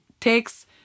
takes